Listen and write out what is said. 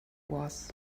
was